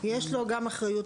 יש לו גם אחריות,